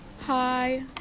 Hi